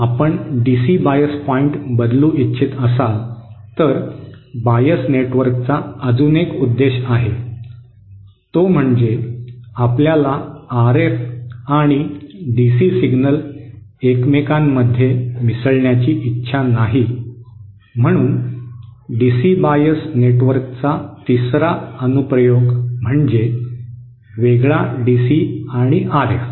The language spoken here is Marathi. आपण डीसी बायस पॉईंट बदलू इच्छित असाल तर बायस नेटवर्कचा अजून एक उद्देश आहे तो म्हणजे आपल्याला आरएफ आणि डीसी सिग्नल एकमेकांमध्ये मिसळण्याची इच्छा नाही म्हणून डीसी बायस नेटवर्कचा तिसरा अनुप्रयोग म्हणजे वेगळा डीसी आणि आरएफ